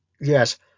Yes